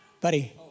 buddy